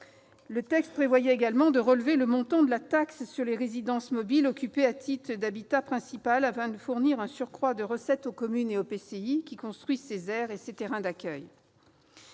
Le texte prévoyait également de relever le montant de la taxe sur les résidences mobiles occupées à titre d'habitat principal, afin de fournir un surcroît de recettes aux communes et EPCI qui construisent ces aires et ces terrains d'accueil.